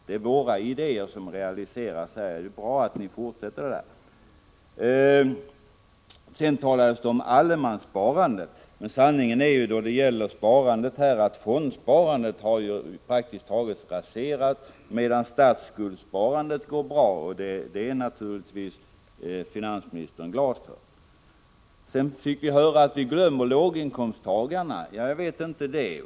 Det är våra idéer som realiseras. Det är bra att ni fortsätter att göra det. Sedan talades det om allemanssparandet. Sanningen då det gäller sparandet är att fondsparandet praktiskt taget har raserats, medan statsskuldssparandet går bra. Det är naturligtvis finansministern glad för. Sedan fick vi höra att vi glömmer låginkomsttagarna. Jag vet inte det.